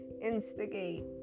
instigate